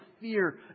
fear